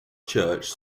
church